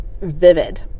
vivid